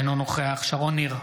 אינו נוכח שרון ניר,